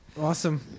Awesome